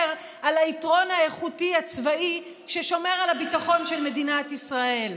על היתרון האיכותי הצבאי ששומר על הביטחון של מדינת ישראל?